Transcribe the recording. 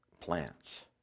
plants